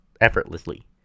effortlessly